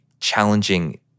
challenging